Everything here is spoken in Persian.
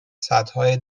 سدهای